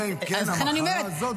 אלא אם כן המחלה הזאת